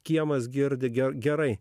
kiemas girdi gerai gerai